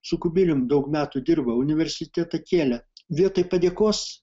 su kubilium daug metų dirbo universitetą kėlė vietoj padėkos